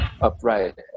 upright